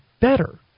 better